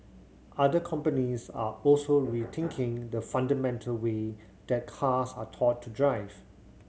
other companies are also rethinking the fundamental way that cars are taught to drive